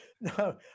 No